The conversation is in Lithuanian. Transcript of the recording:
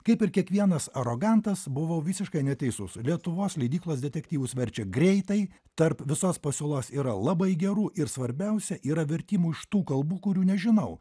kaip ir kiekvienas arogantas buvau visiškai neteisus lietuvos leidyklos detektyvus verčia greitai tarp visos pasiūlos yra labai gerų ir svarbiausia yra vertimų iš tų kalbų kurių nežinau